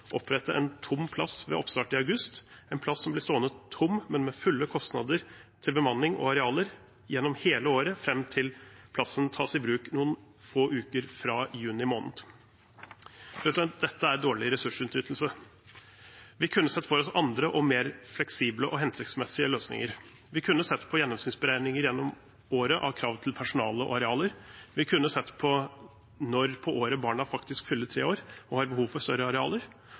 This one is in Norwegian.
opprette en tom plass ved oppstart i august, en plass som blir stående tom, men med fulle kostnader til bemanning og arealer gjennom hele året fram til plassen tas i bruk noen få uker fra juni måned. Dette er dårlig ressursutnyttelse. Vi kunne sett for oss andre og mer fleksible og hensiktsmessige løsninger. Vi kunne sett på gjennomsnittsberegninger gjennom året av krav til personale og arealer, vi kunne sett på når på året barna faktisk fyller tre år og har behov for større arealer,